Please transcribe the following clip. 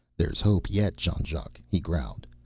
there's hope yet, jean-jacques, he growled.